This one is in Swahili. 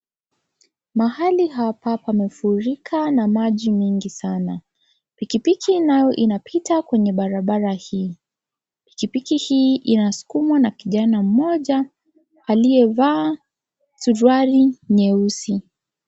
Mahali hapa pamefurika na maji mingi sana ,pikipiki nayo inapita kwenye barabara hii .pikipiki hii inaskumwa na kijana mmoja aliyevaa suruali nyeusi.